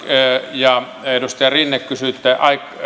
ja edustaja rinne kysyitte